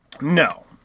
No